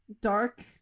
dark